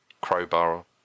crowbar